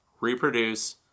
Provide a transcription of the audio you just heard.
Reproduce